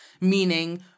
meaning